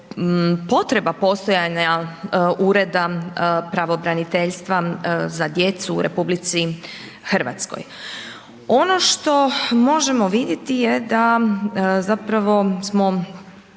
potreba postojanja ureda pravobraniteljstva za djecu u RH. Ono što možemo vidjeti je da zapravo smo